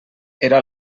era